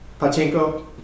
Pachinko